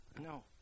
No